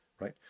right